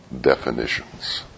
definitions